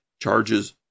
charges